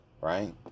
right